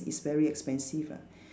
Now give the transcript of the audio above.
is very expensive ah